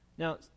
Now